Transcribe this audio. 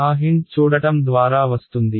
ఆ హింట్ చూడటం ద్వారా వస్తుంది